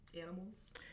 animals